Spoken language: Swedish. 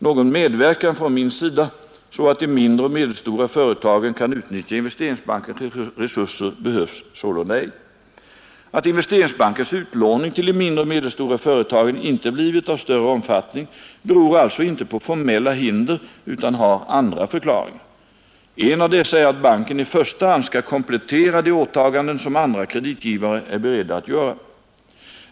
Någon medverkan från min sida så att de mindre och medelstora företagen kan utnyttja Investeringsbankens resurser behövs sålunda ej. Att Investeringsbankens utlåning till de mindre och medelstora företagen inte blivit av större omfattning beror alltså inte på formella hinder utan har andra förklaringar. En av dessa är att banken i första hand skall komplettera de åtaganden som andra kreditgivare är beredda att göra.